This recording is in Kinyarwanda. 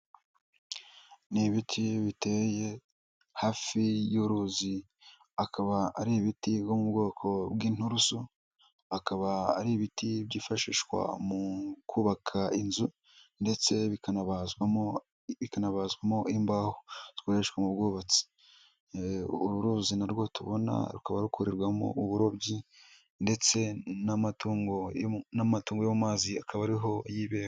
Ni ibiti biteye hafi y'uruzi, akaba ari ibiti mu bwoko bw'inturusu, akaba ari ibiti byifashishwa mu kubaka inzu, ndetse bikanabazwamo imbaho zikoreshwa mu bwubatsi. Uru ruzi narwo tubona, rukaba rukorerwamo uburobyi ndetse n'amatungo yo mu mazi, akaba ariho yibera.